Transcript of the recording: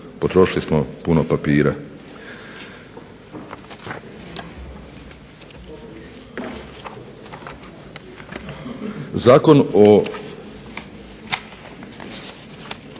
potrošili smo puno papira.